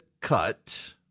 cut